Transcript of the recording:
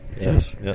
Yes